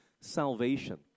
salvation